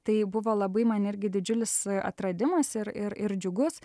tai buvo labai man irgi didžiulis atradimas ir ir ir džiugus